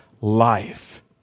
life